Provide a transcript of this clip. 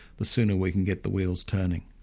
the sooner we can get the wheels turning.